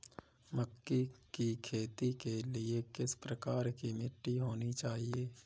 मक्के की खेती के लिए किस प्रकार की मिट्टी होनी चाहिए?